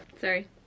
Sorry